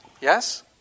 Yes